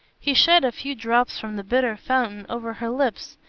he shed a few drops from the bitter fountain over her lips,